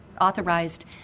authorized